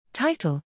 Title